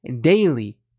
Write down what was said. daily